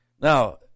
Now